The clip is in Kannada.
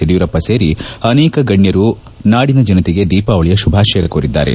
ಯಡಿಯೂರಪ್ಪ ಸೇರಿ ಅನೇಕ ಗಣ್ಯರು ನಾಡಿನ ಜನತೆಗೆ ದೀಪಾವಳಿಯ ಶುಭ ಕೋರಿದ್ದಾರೆ